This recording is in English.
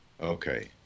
Okay